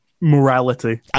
morality